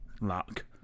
luck